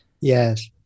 Yes